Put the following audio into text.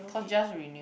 cause just renew